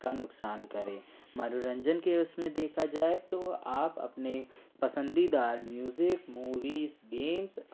का नुकसान करें मनोरंजन के उसमें देखा जाए तो आप अपने पसंदीदा म्यूज़िक मूवीस गेम्स